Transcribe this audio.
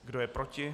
Kdo je proti?